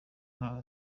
nka